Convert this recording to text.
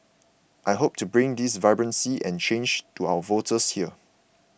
I hope to bring this vibrancy and change to our voters here